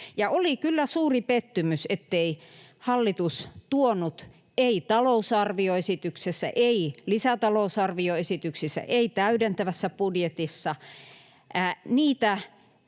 Oli kyllä suuri pettymys, ettei hallitus tuonut — ei talousarvioesityksessä, ei lisätalousarvioesityksissä, ei täydentävässä budjetissa — niitä